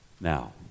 Now